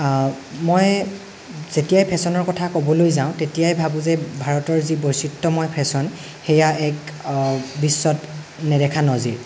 মই যেতিয়াই ফেশ্বনৰ কথা ক'বলৈ যাওঁ তেতিয়াই ভাবোঁ যে ভাৰতৰ যি বৈচিত্ৰ্যময় ফেশ্বন সেয়া এক বিশ্বত নেদেখা নজিৰ